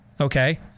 Okay